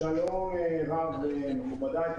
שלום רב למכובדיי,